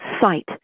site